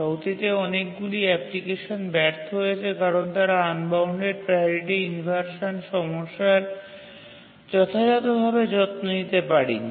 অতীতে অনেকগুলি অ্যাপ্লিকেশন ব্যর্থ হয়েছে কারণ তারা আনবাউন্ডেড প্রাওরিটি ইনভারসান সমস্যার যথাযথভাবে যত্ন নিতে পারেনি